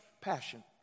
passion